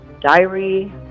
diary